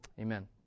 amen